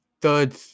third